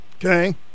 Okay